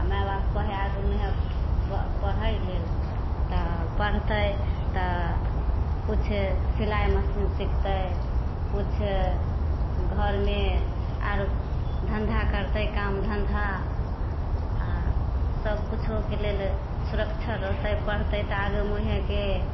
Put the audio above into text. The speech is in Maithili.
माइ बाप कहै आगे मुँहे ब पढ़ै लेल तऽ पढ़तै तऽ किछु सिलाइ मशीन सिखतै किछु घरमे आओर धन्धा करतै काम धन्धा आओर सबकिछुके लेल सुरक्षा रहतै पढ़तै तऽ आगे मुँहेके